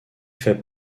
fait